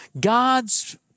God's